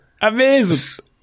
Amazing